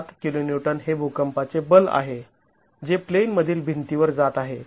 ७ kN हे भुकंपाचे बल आहे जे प्लेनमधील भिंतीवर जात आहे